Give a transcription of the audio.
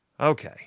Okay